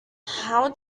how